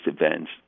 events